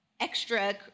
Extra